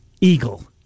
Eagle